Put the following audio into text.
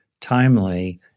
timely